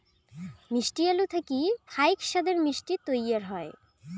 মিষ্টি আলু থাকি ফাইক সাদের মিষ্টি তৈয়ার হই